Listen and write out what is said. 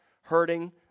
hurting